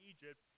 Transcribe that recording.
Egypt